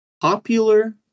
popular